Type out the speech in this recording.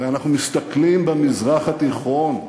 הרי אנחנו מסתכלים במזרח התיכון,